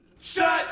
Shut